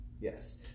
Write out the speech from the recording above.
Yes